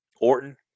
Orton